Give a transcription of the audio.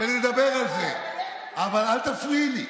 ואני אדבר על זה, אבל אל תפריעי לי.